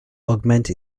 augment